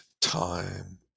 time